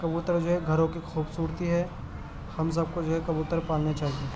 کبوتر جو ہے گھروں کی خوبصورتی ہے ہم سب کو جو ہے کبوتر پالنے چاہیے